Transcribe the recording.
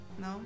No